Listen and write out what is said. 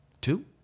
two